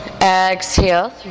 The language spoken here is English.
Exhale